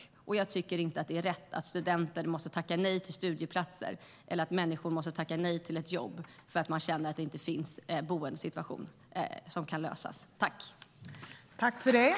Det är inte rätt att studenter måste tacka nej till studieplatser eller att andra måste tacka nej till jobb för att de känner att boendesituationen inte kan lösas.